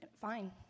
fine